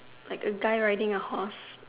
like a guy riding a horse